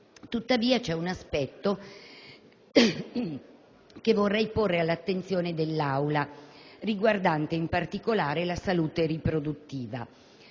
Tuttavia, c'è un aspetto che vorrei porre all'attenzione dell'Aula riguardante, in particolare, la salute riproduttiva.